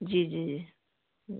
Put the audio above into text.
जी जी जी